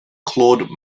claude